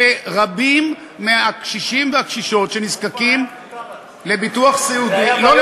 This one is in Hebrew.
ורבים מהקשישים והקשישות שנזקקים לביטוח,